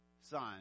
son